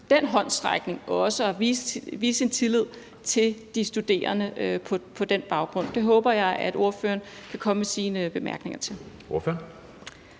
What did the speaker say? den håndsrækning også at vise tillid til de studerende på den baggrund? Det håber jeg at ordføreren vil komme med sine bemærkninger til.